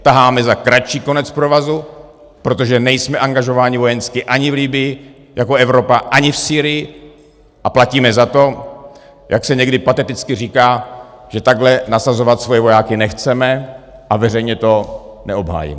Taháme za kratší konec provazu, protože nejsme angažováni vojensky ani v Libyi jako Evropa, ani v Sýrii, a platíme za to, jak se někdy pateticky říká, že takhle nasazovat svoje vojáky nechceme, a veřejně to neobhájíme.